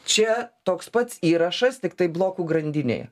čia toks pats įrašas tiktai blokų grandinėje